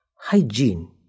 Hygiene